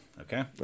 okay